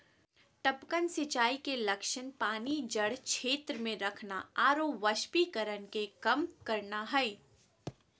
टपकन सिंचाई के लक्ष्य पानी जड़ क्षेत्र में रखना आरो वाष्पीकरण के कम करना हइ